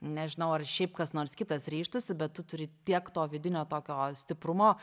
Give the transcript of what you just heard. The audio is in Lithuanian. nežinau ar šiaip kas nors kitas ryžtųsi bet tu turi tiek to vidinio tokio stiprumo